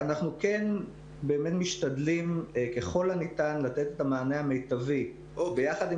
אנחנו כן באמת משתדלים ככל הניתן לתת את המענה המיטבי ביחד עם